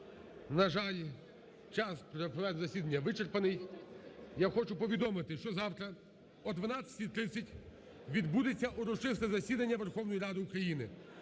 на жаль, час проведення засідання вичерпаний. Я хочу повідомити, що завтра о 12:30 відбудеться урочисте засідання Верховної Ради України,